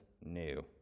new